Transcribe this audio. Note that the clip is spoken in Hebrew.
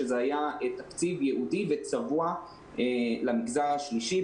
שזה היה תקציב ייעוד וצבוע למגזר השלישי,